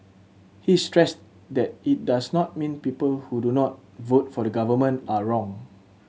he stressed that it does not mean people who do not vote for the Government are wrong